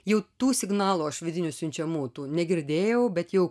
jau tų signalų aš vidinių siunčiamų tų negirdėjau bet jau